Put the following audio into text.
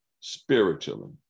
spiritually